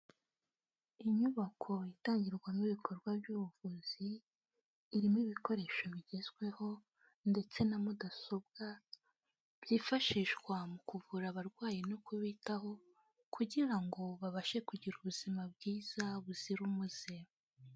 Inyubako itangirwamo ibikorwa by'ubuvuzi, irimo ibikoresho bigezweho ndetse na mudasobwa, byifashishwa mu kuvura abarwayi no kubitaho, kugira ngo babashe kugira ubuzima bwiza buzira umuze.